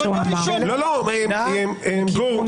גור,